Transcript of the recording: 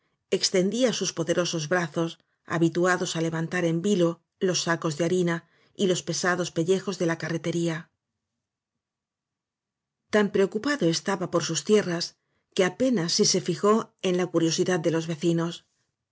extendía sus poderosos brazos habitua dos á levantar en vilo los sacos de harina y los pesados pellejos de la carretería v blasco ibáñez tan preocupado estaba por sus tierras que apenas si se fijó en la curiosidad de los vecinos